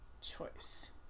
choice